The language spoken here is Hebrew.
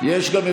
הפעלנו אותו פעם